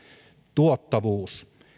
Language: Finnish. tuottavuus